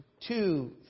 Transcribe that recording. two